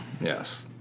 Yes